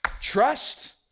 trust